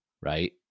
right